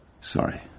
Sorry